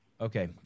Okay